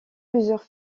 plusieurs